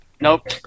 Nope